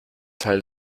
teil